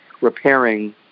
repairing